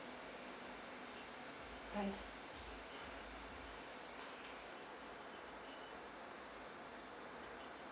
price